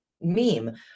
meme